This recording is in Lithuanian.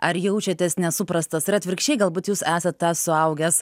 ar jaučiatės nesuprastas ir atvirkščiai galbūt jūs esat tas suaugęs